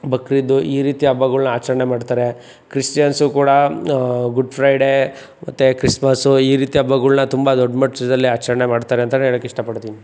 ಬಕ್ರೀದ್ ಈ ರೀತಿ ಹಬ್ಬಗಳ್ನ ಆಚರಣೆ ಮಾಡ್ತಾರೆ ಕ್ರಿಶ್ಚಿಯನ್ಸು ಕೂಡ ಗುಡ್ ಫ್ರೈಡೇ ಮತ್ತು ಕ್ರಿಸ್ಮಸ್ಸು ಈ ರೀತಿ ಹಬ್ಬಗಳ್ನ ತುಂಬ ದೊಡ್ಡ ಮಟ್ಟದಲ್ಲೇ ಆಚರಣೆ ಮಾಡ್ತಾರೆ ಅಂತಲೇ ಹೇಳಕ್ ಇಷ್ಟಪಡ್ತೀನಿ